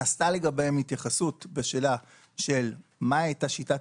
נעשתה לגביהם התייחסות בשאלה של מה הייתה שיטת